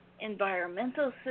environmental